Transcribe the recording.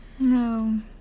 No